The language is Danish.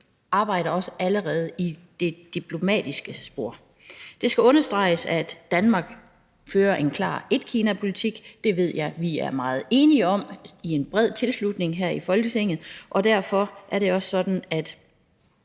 arbejder også allerede i det diplomatiske spor. Det skal understreges, at Danmark fører en klar etkinapolitik. Det ved jeg vi er meget enige om med en bred tilslutning her i Folketinget, og derfor er det også sådan, at